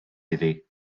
iddi